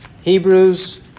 Hebrews